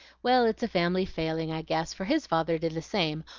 well, it's a family failing i guess, for his father did the same,